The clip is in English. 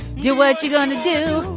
do what you going to do.